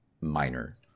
minor